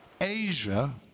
Asia